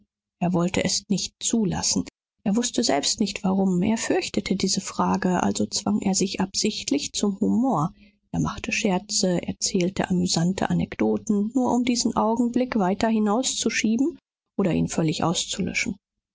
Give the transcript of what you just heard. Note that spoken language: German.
er wollte es nicht zulassen er wußte selbst nicht warum er fürchtete diese frage also zwang er sich absichtlich zum humor er machte scherze erzählte amüsante anekdoten nur um diesen augenblick weiter hinauszuschieben oder ihn völlig auszulöschen